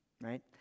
right